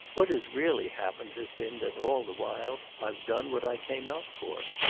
what has really happened has been that, all the while, i've done what i came out for.